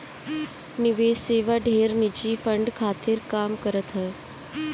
निवेश सेवा ढेर निजी फंड खातिर काम करत हअ